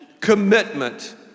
commitment